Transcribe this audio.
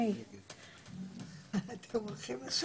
היא דומה.